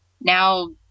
now